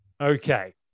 Okay